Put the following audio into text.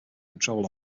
control